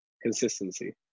consistency